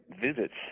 visits